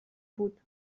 بود